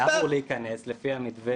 הוא אמור להיכנס לפי המתווה.